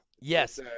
Yes